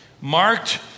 marked